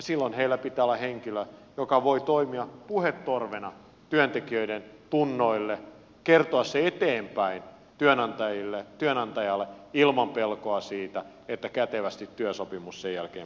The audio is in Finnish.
silloin heillä pitää olla henkilö joka voi toimia puhetorvena työntekijöiden tunnoille kertoa asian eteenpäin työnantajalle ilman pelkoa siitä että kätevästi työsopimus sen jälkeen puretaan